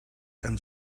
and